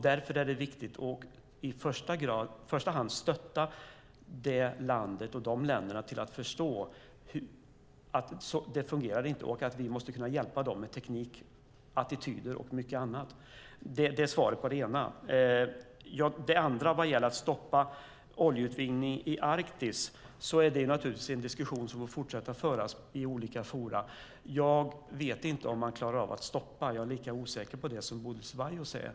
Därför är det viktigt att i första hand stötta det landet och de länderna till att förstå att det inte fungerar samt att hjälpa dem med teknik, attityder och mycket annat. Det är svaret på det ena. Det andra gällde att stoppa oljeutvinning i Arktis. Det är naturligtvis en diskussion som fortsätter att föras i olika forum. Jag vet inte om man klarar av att stoppa det. Jag är lika osäker på det som Bodil Ceballos är.